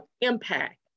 impact